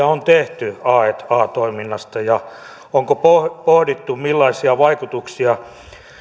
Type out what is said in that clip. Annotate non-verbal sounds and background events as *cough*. *unintelligible* on tehty aa toiminnasta ja onko pohdittu pohdittu millaisia vaikutuksia